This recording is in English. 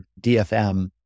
DFM